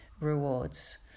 rewards